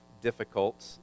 difficult